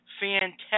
fantastic